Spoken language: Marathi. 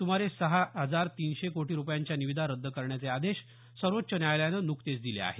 सुमारे सहा हजार तीनशे कोटी रुपयांच्या निविदा रद्द करण्याचे आदेश सर्वोच्च न्यायालयानं नुकतेच दिले आहेत